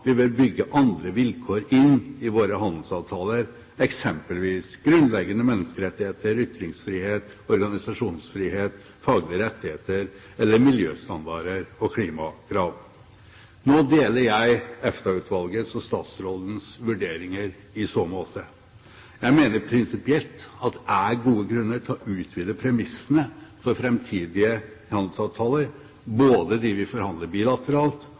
vi vil bygge andre vilkår inn i våre handelsavtaler, eksempelvis grunnleggende menneskerettigheter, ytringsfrihet, organisasjonsfrihet, faglige rettigheter eller miljøstandarder og klimakrav. Nå deler jeg EFTA-utvalgets og statsrådens vurderinger i så måte. Jeg mener prinsipielt at det er gode grunner for å utvide premissene for framtidige handelsavtaler, både dem vi forhandler bilateralt,